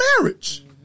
marriage